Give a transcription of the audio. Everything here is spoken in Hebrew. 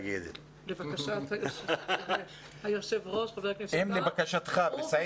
לבקשת היושב ראש חבר הכנסת ווליד